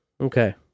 okay